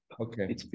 Okay